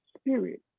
spirit